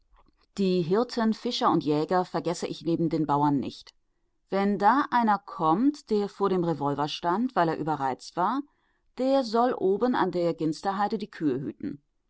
die hirten fischer und jäger vergesse ich neben den bauern nicht wenn da einer kommt der vor dem revolver stand weil er überreizt war der soll oben an der ginsterheide die kühe hüten